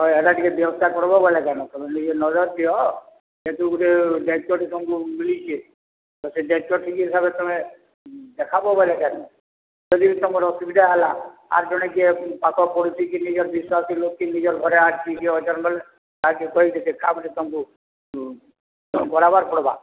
ହଁ ଏଟା ଟିକେ ବ୍ୟବସ୍ଥା କର୍ବ ବେଲେ କା'ନ ତମେ ନିଜେ ନଜର୍ ଦିଅ ଯେହେତୁ ଗୋଟେ ଦାୟିତ୍ୱ ମିଳିଛି ସେ ଦାୟିତ୍ୱ ଠିକ୍ ହିସାବରେ ତମେ ଦେଖାବି ତମର୍ ଅସୁବିଧା ହେଲା ଆର୍ ଜଣେ କିଏ ପାଖ ପଡ଼ୋଶୀ କି ନିଜର୍ ବିଶ୍ୱାସର୍ ଲୋକ୍ କି ନିଜର୍ ଘରେ ଆର୍ କିଏ କିଏ ଅଛନ୍ ବେଲେ ତାହାକେ କହି ଦେଖବ୍ ତମ୍କୁ ବଢ଼ାବାର୍ ପଡ଼ବା